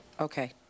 Okay